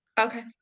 okay